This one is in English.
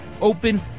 open